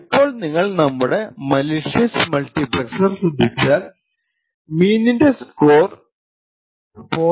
ഇപ്പോൾ നിങ്ങൾ നമ്മുടെ മാലിഷ്യസ് മുൾട്ടിപ്ളെക്സർ ശ്രദ്ധിച്ചാൽ മീനിന്റെ സ്കോർ 0